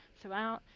throughout